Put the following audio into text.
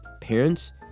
parents